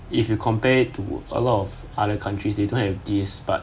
if you compare it to a lot of other countries they don't have this but